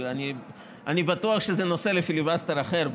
אבל אני בטוח שזה נושא לפיליבסטר אחר.